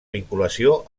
vinculació